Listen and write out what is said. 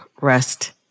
rest